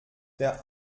der